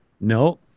No